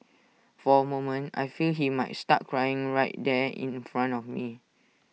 for A moment I feel he might start crying right there in front of me